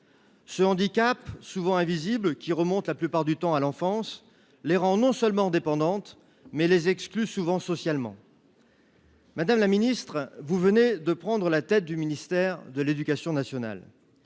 Ce handicap, souvent invisible, qui remonte la plupart du temps à l’enfance, non seulement les rend dépendantes, mais les exclut souvent socialement. Madame la ministre, vous venez de prendre la tête du ministère de l’éducation nationale.